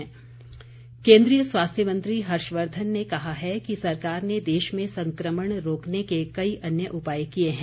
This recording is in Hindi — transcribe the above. कोरोना वायरस केन्द्रीय स्वास्थ्य मंत्री हर्षवर्धन ने कहा है कि सरकार ने देश में संक्रमण रोकने के कई अन्य उपाय किये हैं